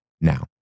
now